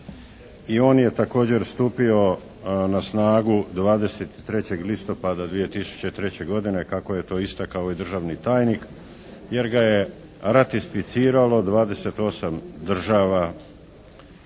i on je također stupio na snagu 23. listopada 2003. godine kako je to istakao i državni tajnik, jer ga je ratificiralo 28 država